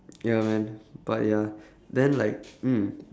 ya man but ya then like mm